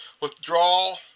Withdrawal